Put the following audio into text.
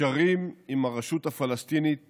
הקשרים עם הרשות הפלסטינית